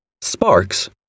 Sparks